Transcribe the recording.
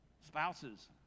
spouses